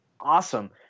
Awesome